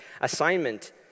assignment